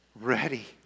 ready